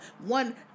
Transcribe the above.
one